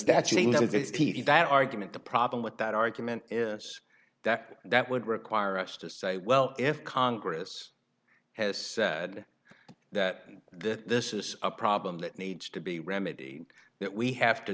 in that argument the problem with that argument is that that would require us to say well if congress has said that this is a problem that needs to be remedy that we have to